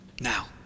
Now